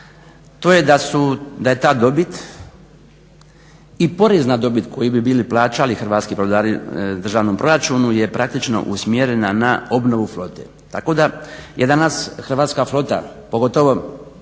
to je da je ta dobit i PDV koji bi bili plaćali hrvatski brodari državnom proračunu je praktično usmjerena na obnovu flote. Tako da je danas hrvatska flota pogotovo